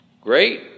great